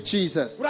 Jesus